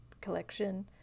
collection